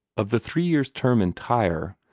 of the three years' term in tyre,